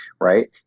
right